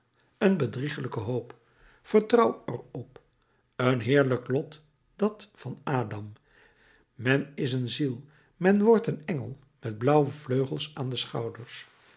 een bedrieglijke hoop vertrouw er op een heerlijk lot dat van adam men is een ziel men wordt een engel met blauwe vleugels aan de schouders